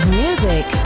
music